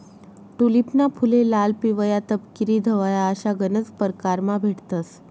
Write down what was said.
टूलिपना फुले लाल, पिवया, तपकिरी, धवया अशा गनज परकारमा भेटतंस